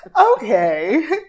okay